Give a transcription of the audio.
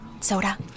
Soda